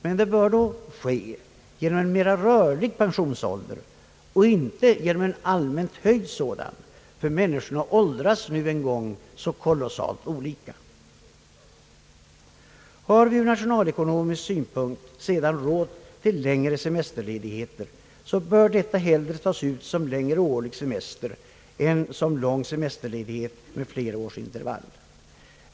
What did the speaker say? Men det bör då ske genom en mer rörlig pensionsålder och inte genom en allmänt höjd sådan. Människor åldras nu en gång så olika. Har vi ur nationalekonomisk synpunkt sedan råd till längre semesterledigheter, bör dessa hellre tas ut som längre årlig semester — som ju i stället stimulerar arbetsförmåga och vitalitet — än som lång semesterledighet med flera års intervall.